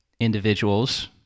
individuals